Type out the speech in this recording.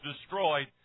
destroyed